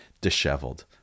disheveled